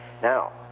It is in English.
Now